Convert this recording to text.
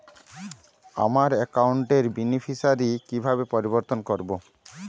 আমার অ্যাকাউন্ট র বেনিফিসিয়ারি কিভাবে পরিবর্তন করবো?